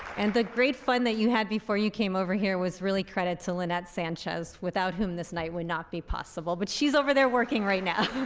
and the great fun that you had before you came over here was really credit to lynette sanchez without whom this night would not be possible but she's over there working right now.